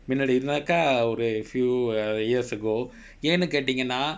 மின்னாடின்னாகா ஒரு: minnaadinnaakaa oru few years ago ஏனு கேட்டீங்கனா:yaenu kaeteengkanaakaa